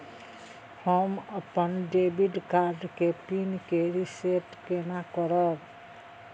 हम अपन debit card के पिन के रीसेट केना करब?